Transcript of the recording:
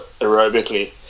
aerobically